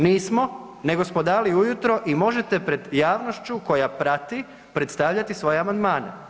Nismo nego smo dali ujutro i možete pred javnošću koja prati predstavljati svoje amandmane.